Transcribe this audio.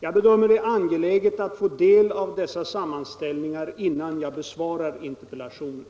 Jag bedömer det som angeläget att få del — vid verksutflytt av dessa sammanställningar innan jag besvarar interpellationen.